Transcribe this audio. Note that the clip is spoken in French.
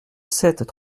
sept